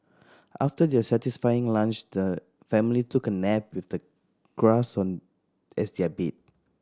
after their satisfying lunch the family took a nap with the grass on as their bed